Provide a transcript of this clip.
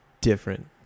different